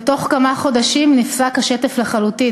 ובתוך כמה חודשים נפסק השטף לחלוטין,